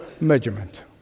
measurement